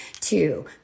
two